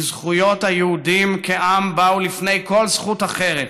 זכויות היהודים כעם באו לפני כל זכות אחרת